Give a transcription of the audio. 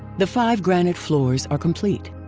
the five granite floors are complete.